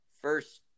first